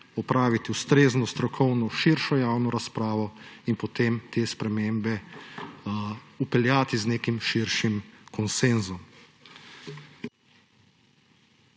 opraviti ustrezno strokovno, širšo javno razpravo in potem te spremembe vpeljati z nekim širšim konsenzom.